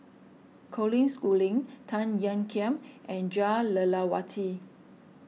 Colin Schooling Tan Ean Kiam and Jah Lelawati